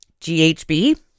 GHB